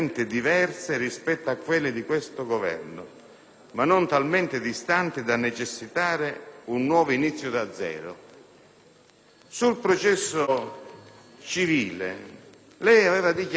ma non talmente distanti da necessitare un nuovo inizio da zero». Sul processo civile lei aveva dichiarato, il 24 giugno 2008: